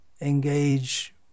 engage